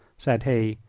said he,